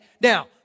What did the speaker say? Now